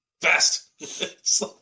fast